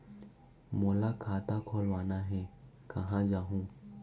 मोला खाता खोलवाना हे, कहाँ जाहूँ?